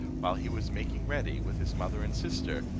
while he was making ready, with his mother and sister,